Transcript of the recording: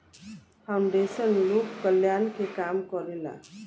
foundation लोक कल्याण के काम करेला